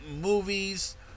movies